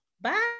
Bye